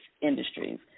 industries